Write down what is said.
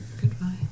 Goodbye